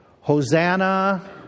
Hosanna